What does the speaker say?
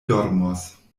dormos